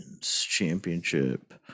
Championship